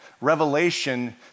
revelation